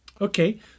Okay